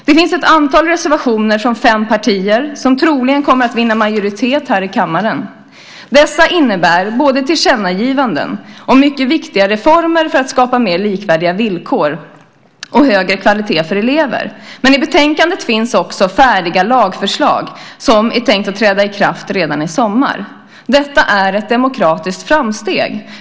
Det finns ett antal reservationer från fem partier som troligen kommer att vinna majoritet här i kammaren. Dessa innebär både tillkännagivanden och mycket viktiga reformer för att skapa mer likvärdiga villkor och högre kvalitet för elever. Men i betänkandet finns också färdiga lagförslag som är tänkta att träda i kraft redan i sommar. Detta är ett demokratiskt framsteg.